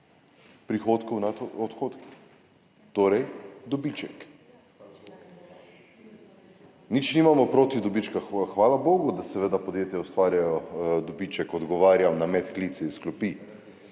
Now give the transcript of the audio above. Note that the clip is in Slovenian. prihodkov nad odhodki, torej dobiček. Nič nimamo proti dobičku, hvala bogu, seveda, da podjetja ustvarjajo dobiček – odgovarjam na med klice iz klopi.